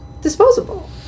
disposable